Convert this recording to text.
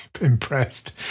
impressed